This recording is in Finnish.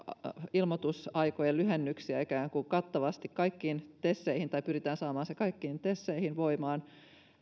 ilmoitusaikojen lyhennyksiä ikään kuin kattavasti kaikkiin teseihin tai pyritään saamaan se kaikkiin teseihin voimaan